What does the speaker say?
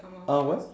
uh what